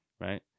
right